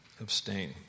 abstain